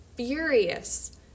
furious